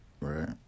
Right